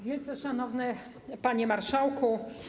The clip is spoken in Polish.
Wielce Szanowny Panie Marszałku!